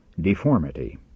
deformity